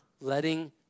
letting